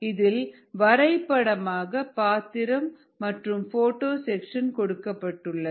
இதில் வரைபடமாக பாத்திரம் மற்றும் போட்டோ செக்சன் கொடுக்கப்பட்டுள்ளது